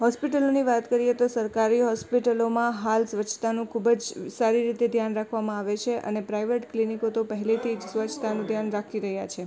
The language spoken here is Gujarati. હૉસ્પિટલોની વાત કરીએ તો સરકારી હૉસ્પિટલોમાં હાલ સ્વચ્છતાનું ખૂબ જ સારી રીતે ધ્યાન રાખવામાં આવે છે અને પ્રાઇવેટ ક્લિનિકો તો પહેલેથી જ સ્વચ્છતાનું ધ્યાન રાખી રહ્યાં છે